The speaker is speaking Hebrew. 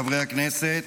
חברי הכנסת,